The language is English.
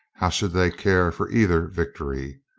how should they care for either victory?